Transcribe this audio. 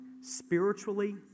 Spiritually